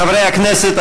חברי הכנסת,